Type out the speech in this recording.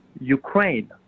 Ukraine